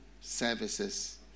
services